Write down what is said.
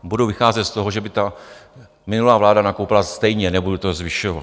Budu vycházet z toho, že by ta minulá vláda nakoupila stejně, nebudu to zvyšovat.